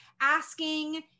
asking